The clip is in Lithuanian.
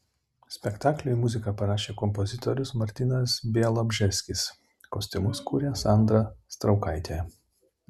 spektakliui muziką parašė kompozitorius martynas bialobžeskis kostiumus kūrė sandra straukaitė